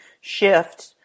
shift